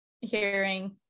hearing